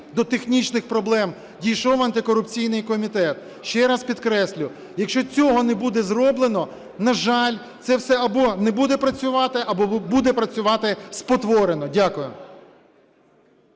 до технічних проблем дійшов антикорупційний комітет. Ще раз підкреслю, якщо цього не буде зроблено, на жаль, це все або не буде працювати, або буде працювати спотворено. Дякую.